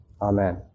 Amen